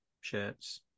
shirts